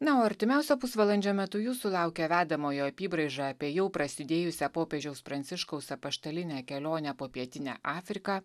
na o artimiausio pusvalandžio metu jūsų laukia vedamojo apybraiža apie jau prasidėjusią popiežiaus pranciškaus apaštalinę kelionę po pietinę afriką